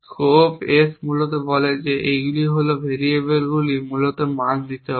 scope S মূলত বলে যে এইগুলি হল ভেরিয়েবলগুলি মূলত মান দিতে হবে